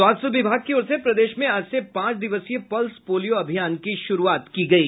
स्वास्थ्य विभाग की ओर से प्रदेश में आज से पांच दिवसीय पल्स पोलियो अभियान की शुरूआत की गयी